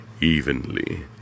evenly